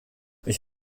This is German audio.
ich